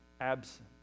absent